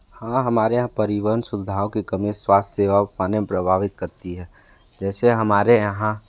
हाँ हमारे यहाँ परिवहन सुविधाओं कि कमी स्वास्थ्य सेवा पाने को प्रभावित करती है जैसे हमारे यहाँ